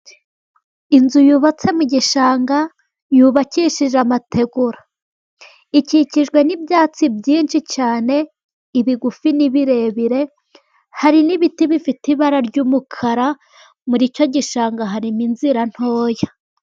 Inzu yubatse mu gishanga, yubakishije amategura, ikikijwe n'ibyatsi byinshi cyane ibigufi ni'ibirebire, hari n'ibiti bifite ibara ryumukara. Muri icyo igishanga harimo inzira ntoya.